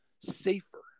safer